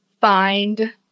find